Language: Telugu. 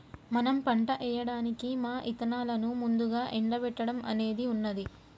మనం పంట ఏయడానికి మా ఇత్తనాలను ముందుగా ఎండబెట్టడం అనేది ఉన్నది